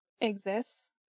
exists